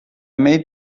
made